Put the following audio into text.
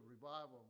revival